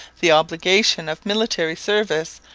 the obligation of military service,